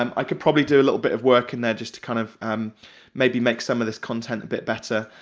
um i could probably do a little bit of work in there just to kind of um maybe make some of this content a bit better.